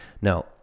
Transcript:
now